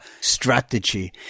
strategy